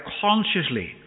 consciously